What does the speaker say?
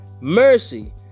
mercy